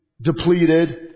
depleted